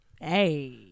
Hey